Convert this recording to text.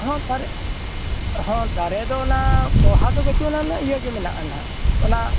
ᱦᱮᱸ ᱥᱟᱨᱮᱡ ᱦᱚᱸ ᱫᱟᱨᱮ ᱫᱚ ᱚᱱᱟ ᱯᱚᱦᱟ ᱫᱚ ᱵᱟᱹᱪᱩᱜ ᱟᱱᱟᱜ ᱦᱟᱜ ᱤᱭᱟᱹ ᱜᱮ ᱢᱮᱱᱟᱜᱼᱟ ᱦᱟᱜ ᱚᱱᱟ